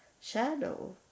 shadow